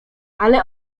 ale